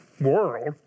world